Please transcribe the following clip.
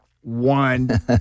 one